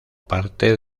parte